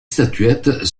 statuettes